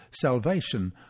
salvation